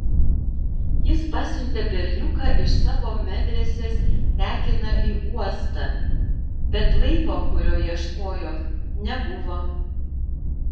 jis pasiuntė berniuką iš savo medresės tekiną į uostą bet laivo kurio ieškojo nebuvo